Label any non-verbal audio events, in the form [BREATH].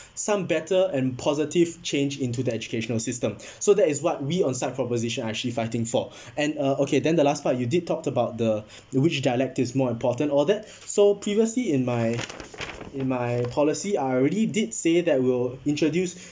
some better and positive change into the educational system [BREATH] so that is what we on side proposition are actually fighting for [BREATH] and uh okay then the last part you did talk about the the which dialect is more important all that so previously in my in my policy I already did say that we'll introduce